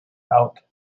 out